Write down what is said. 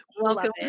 Welcome